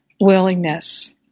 willingness